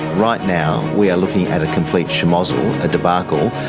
right now we are looking at a complete shemozzle, a debacle,